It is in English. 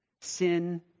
sin